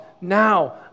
now